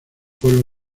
pueblo